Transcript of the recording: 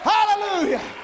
Hallelujah